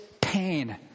pain